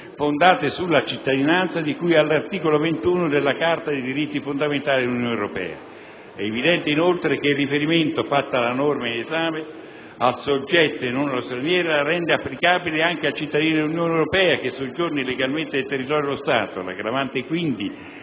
fondate sulla cittadinanza, di cui all'articolo 21 della Carta dei diritti fondamentali dell'Unione europea. È evidente, inoltre, che il riferimento fatto alla norma in esame al «soggetto» e non allo «straniero» la rende applicabile anche al cittadino dell'Unione europea che soggiorni illegalmente nel territorio dello Stato. L'aggravante, quindi,